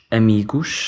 amigos